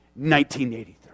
1983